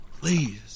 please